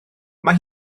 mae